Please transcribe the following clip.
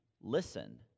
listen